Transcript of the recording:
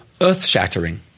earth-shattering